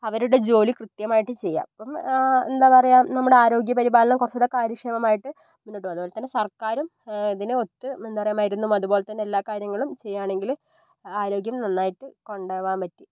അവരുടെ ജോലി കൃത്യമായിട്ട് ചെയ്യുക അപ്പം എന്താ പറയുക നമ്മുടെ ആരോഗ്യ പരിപാലനം കുറച്ചും കൂടി കാര്യക്ഷമമായിട്ട് മുൻപോട്ട് പോകും അതുപോലെ തന്നെ സർക്കാരും ഇതിനൊത്ത് എന്താ പറയുക മരുന്നും അതുപോലെ തന്നെ എല്ലാ കാര്യങ്ങളും ചെയ്യുകയാണെങ്കിൽ ആരോഗ്യം നന്നായിട്ട് കൊണ്ടു പോകാൻ പറ്റും